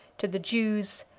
to the jews,